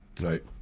right